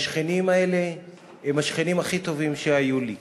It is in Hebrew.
והשכנים האלה הם השכנים הכי טובים שהיו לי.